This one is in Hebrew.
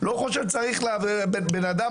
צריך למנוע